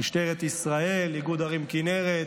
משטרת ישראל, איגוד ערים כינרת,